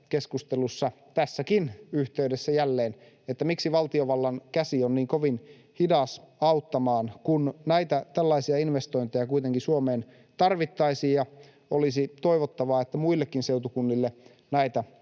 keskustelussa — tässäkin yhteydessä jälleen — että miksi valtiovallan käsi on niin kovin hidas auttamaan, kun näitä tällaisia investointeja kuitenkin Suomeen tarvittaisiin ja olisi toivottavaa, että muillekin seutukunnille näitä